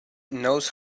knows